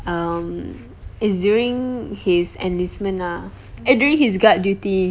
um he's doing his enlistment lah eh doing his guard duty